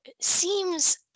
seems